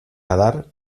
adar